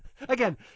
again